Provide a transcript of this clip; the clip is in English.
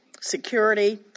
security